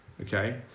Okay